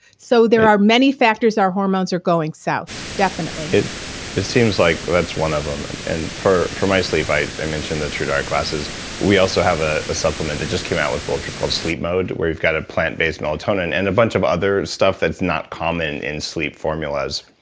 so there are many factors our hormones are going south. definitely it seems like that's one of them. and and for for my sleep, i i mentioned the truedark glasses we also have ah a supplement that just came out with bulletproof called sleep mode where you've got a plant-based melatonin and a bunch of other stuff that's not common in sleep formulas.